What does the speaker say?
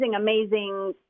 amazing